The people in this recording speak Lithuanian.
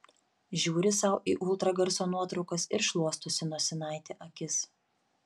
žiūri sau į ultragarso nuotraukas ir šluostosi nosinaite akis